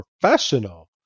professional